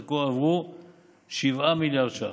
עד כה הועברו 7 מיליארד ש"ח.